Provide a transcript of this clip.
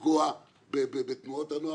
ממישהו אחר לא לפגוע בתנועות הנוער,